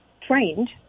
trained